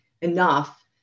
enough